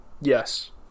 Yes